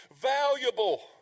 valuable